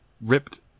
ripped